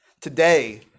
Today